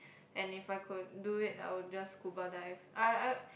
and if I could do it I will just scuba dive I'll I